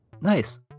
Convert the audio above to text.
Nice